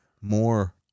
more